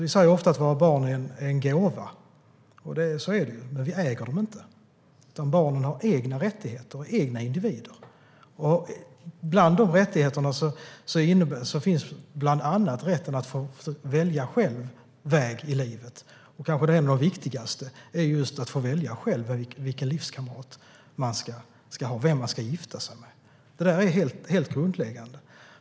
Vi säger ofta att våra barn är en gåva, och så är det, men vi äger dem inte. Barnen har egna rättigheter och är egna individer. Bland rättigheterna finns rätten att själv välja väg i livet. Kanske det allra viktigaste är att själv få välja vilken livskamrat man ska ha och vem man ska gifta sig med. Det är helt grundläggande.